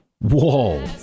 Whoa